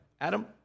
Adam